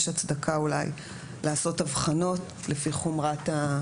יש הצדקה אולי לעשות הבחנות לפי חומרה.